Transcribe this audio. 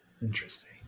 Interesting